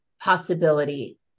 possibility